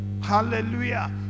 Hallelujah